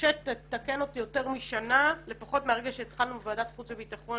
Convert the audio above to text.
יותר משנה, מרגע שהתחלנו לדון